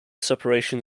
separation